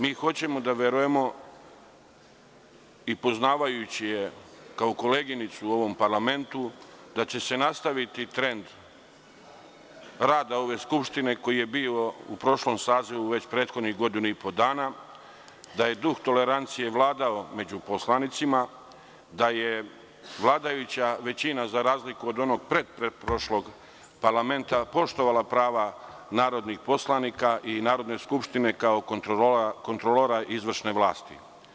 Mi hoćemo da verujemo, i poznavajući je kao koleginicu u ovom parlamentu, da će se nastaviti trend rada ove skupštine koji je bio u prošlom sazivu prethodnih godinu i po dana, da je duh tolerancije vladao među poslanicima, da je vladajuća većina, za razliku od onog pretpreprošlog parlamenta, poštovala prava narodnih poslanika i Narodne skupštine kao kontrolora izvršne vlasti.